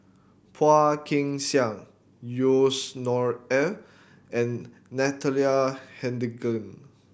Phua Kin Siang Yusnor Ef and Natalie Hennedige